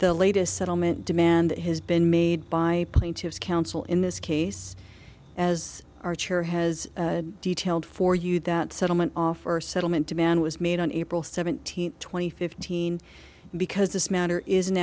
the latest settlement demand has been made by plaintiff's counsel in this case as archer has detailed for you that settlement offer settlement demand was made on april seventeenth two thousand and fifteen because this matter is an